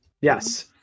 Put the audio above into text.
Yes